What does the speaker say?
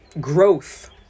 growth